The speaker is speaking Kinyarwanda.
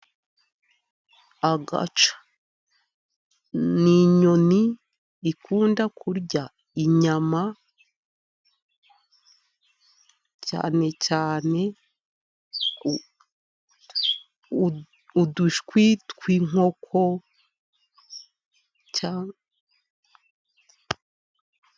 Agaca ni inyoni ikunda kurya inyama, cyane cyane udushwi tw'inkoko cyane.